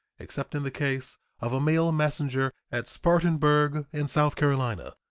except in the case of a mail messenger at spartanburg, in south carolina,